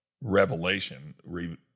revelation